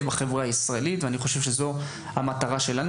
בחברה הישראלית ואני חושב שזו המטרה שלנו.